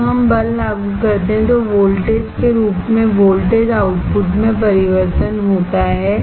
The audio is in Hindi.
जब हम बल लागू करते हैं तो वोल्टेज के रूप में वोल्टेज आउटपुट में परिवर्तन होता है